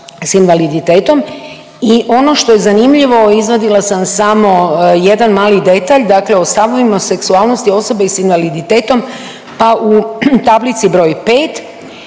i ono što je zanimljivo, izvadila sam samo jedna mali detalj, dakle o stavovima seksualnosti osobe s invaliditetom pa u tablici br.